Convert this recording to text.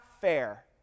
fair